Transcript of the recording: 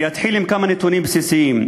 אני אתחיל עם כמה נתונים בסיסיים.